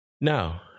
Now